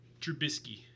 Trubisky